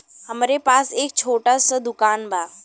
हमरे पास एक छोट स दुकान बा